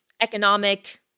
economic